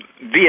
via